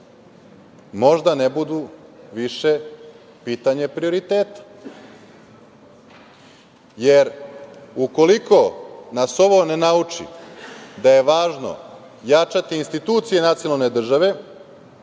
možda ne budu više pitanje prioriteta. Ukoliko nas ovo ne nauči da je važno jačati nacionalne institucije države,